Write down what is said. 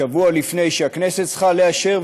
שבוע לפני שהכנסת צריכה לאשר,